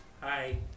Hi